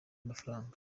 amafaranga